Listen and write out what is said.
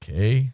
Okay